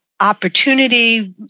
opportunity